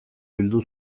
bildu